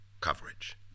coverage